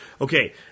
Okay